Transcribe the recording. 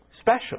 special